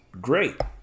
great